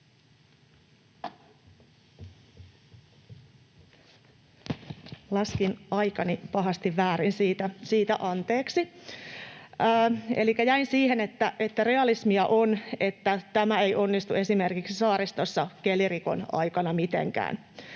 Laskin aikani pahasti väärin, siitä anteeksi. — Elikkä jäin siihen, että realismia on, että tämä ei onnistu esimerkiksi saaristossa kelirikon aikana mitenkään.